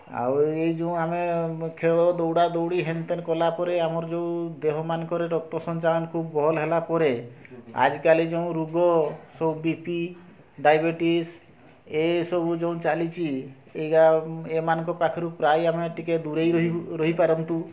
ଆଉ ଏଇ ଯେଉଁ ଆମେ ଖେଳ ଦୌଡ଼ା ଦୌଡ଼ି ହେନ୍ ତେନ୍ କଲାପରେ ଆମର ଯେଉଁ ଦେହମାନଙ୍କରେ ରକ୍ତ ସଞ୍ଚାଳନ ଖୁବ୍ ଭଲ ହେଲାପରେ ଆଜିକାଲି ଯେଉଁ ରୋଗ ସବୁ ବି ପି ଡାଇବେଟିସ୍ ଏସବୁ ଯେଉଁ ଚାଲିଛି ଏଇଗା ଏମାନଙ୍କ ପାଖରୁ ପ୍ରାୟ ଆମେ ଟିକିଏ ଦୂରେଇ ରହିପାରିବୁ ରହିପାରନ୍ତୁ